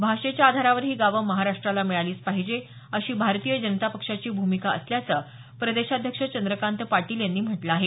भाषेच्या आधारावर ही गावं महाराष्ट्राला मिळालीच पाहिजे अशी भारतीय जनता पक्षाची भूमिका असल्याचं प्रदेशाध्यक्ष चंद्रकांत पाटील यांनी म्हटलं आहे